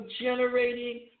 generating